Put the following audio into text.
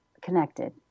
connected